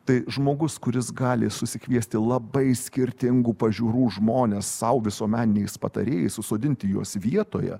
tai žmogus kuris gali susikviesti labai skirtingų pažiūrų žmones sau visuomeniniais patarėjais susodinti juos vietoje